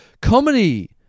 comedy